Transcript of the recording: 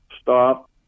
stop